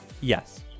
Yes